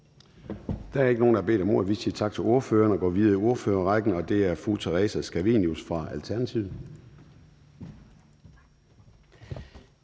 Der er ikke nogen, der har bedt om ordet, så vi siger tak til ordføreren og går videre i ordførerrækken. Og det er nu fru Theresa Scavenius fra Alternativet.